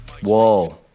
Whoa